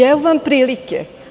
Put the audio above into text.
Evo vam prilike.